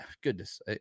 goodness